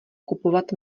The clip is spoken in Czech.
kupovat